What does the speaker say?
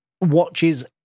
watches